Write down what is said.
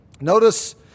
Notice